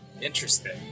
Interesting